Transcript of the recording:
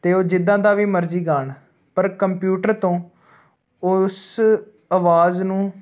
ਅਤੇ ਉਹ ਜਿੱਦਾਂ ਦਾ ਵੀ ਮਰਜ਼ੀ ਗਾਣ ਪਰ ਕੰਪਿਊਟਰ ਤੋਂ ਉਸ ਆਵਾਜ਼ ਨੂੰ